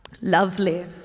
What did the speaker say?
lovely